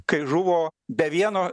kai žuvo be vieno